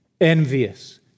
envious